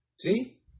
See